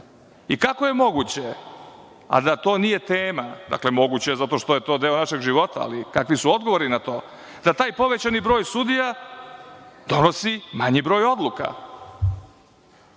I, kako je moguće, a da to nije tema, dakle, moguće je zato što je to deo našeg života, ali kakvi su odgovori na to, da taj povećani broj sudija donosi manji broj odluka?